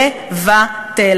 לבטל,